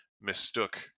mistook